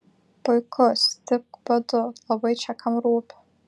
puiku stipk badu labai čia kam rūpi